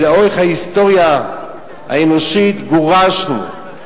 ולאורך ההיסטוריה האנושית גורשנו,